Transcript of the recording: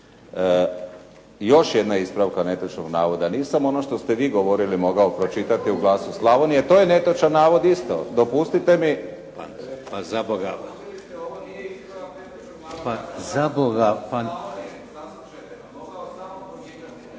Još jedna ispravka netočnog navoda, nisam ono što ste vi govorili mogao pročitati u „Glasu Slavonije“, to je netočan navod isto, dopustite mi …/Govornik se isključio./…